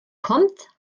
kommt